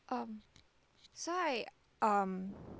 um so I um